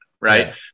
Right